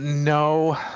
No